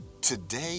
today